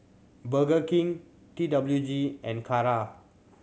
Burger King T W G and Kara